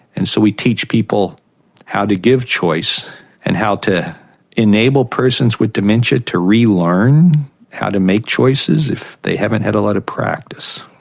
and so we teach people how to give choice and how to enable persons with dementia to relearn how to make choices if they haven't had a lot of practice.